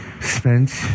spent